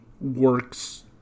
works